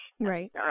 right